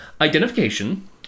Identification